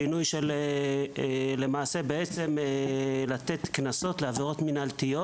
שינוי שבו נחל לתת קנסות לעברות מנהלתיות.